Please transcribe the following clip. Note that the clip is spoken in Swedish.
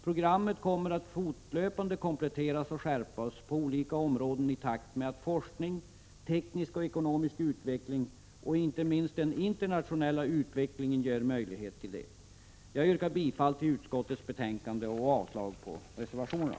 Programmet kommer att fortlöpande kompletteras och skärpas på olika områden i takt med att forskning, teknisk och ekonomisk utveckling och inte minst den internationella utvecklingen ger möjlighet till det. Jag yrkar bifall till utskottets hemställan och avslag på reservationerna.